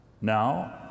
Now